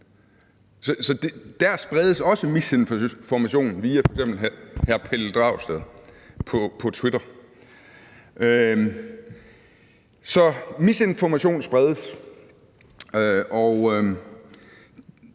der spredes også misinformation via f.eks. hr. Pelle Dragsted på Twitter. Så misinformation spredes,